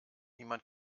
niemand